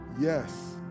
yes